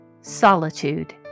Solitude